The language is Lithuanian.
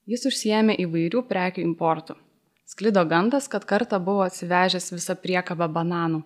jis užsiėmė įvairių prekių importu sklido gandas kad kartą buvo atsivežęs visą priekabą bananų